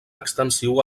extensiu